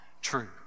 true